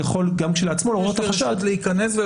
יכול גם כשלעצמו לעורר את החשד --- יש